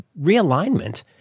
realignment